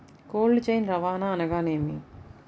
Cold chain రవాణా అనగా నేమి?